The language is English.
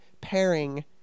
pairing